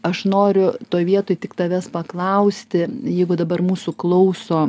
aš noriu toj vietoj tik tavęs paklausti jeigu dabar mūsų klauso